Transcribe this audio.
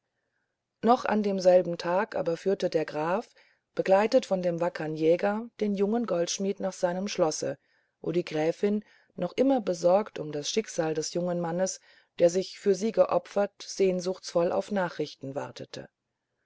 noch an demselben tag aber führte der graf begleitet von dem wackern jäger den jungen goldschmidt nach seinem schlosse wo die gräfin noch immer besorgt um das schicksal des jungen mannes der sich für sie geopfert sehnsuchtsvoll auf nachrichten wartete